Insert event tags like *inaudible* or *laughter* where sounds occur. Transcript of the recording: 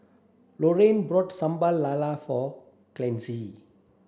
Lorrayne bought Sambal Lala for *unintelligible*